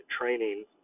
training